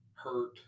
hurt